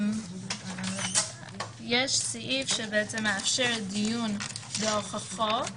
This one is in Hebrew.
יש סעיף שמאפשר דיון בהוכחות